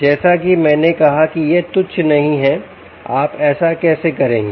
जैसा कि मैंने कहा कि यह तुच्छ नहीं है आप ऐसा कैसे करेंगे